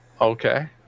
Okay